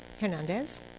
Hernandez